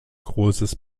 großes